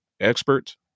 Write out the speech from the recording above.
experts